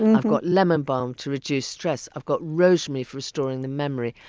and i've got lemon balm to reduce stress. i've got rosemary for restoring the memory.